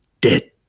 dead